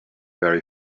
very